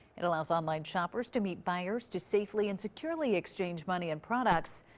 it allows online shoppers to meet buyers to safely. and securely exchange money and products,